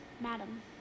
madam